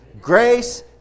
Grace